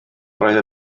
roedd